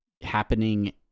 happening